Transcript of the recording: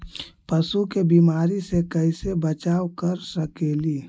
पशु के बीमारी से कैसे बचाब कर सेकेली?